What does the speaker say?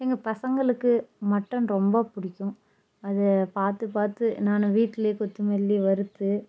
எங்கள் பசங்களுக்கு மட்டன் ரொம்ப பிடிக்கும் அது பார்த்து பார்த்து நான் வீட்லேயே கொத்தமல்லி வறுத்து